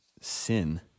sin